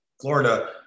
Florida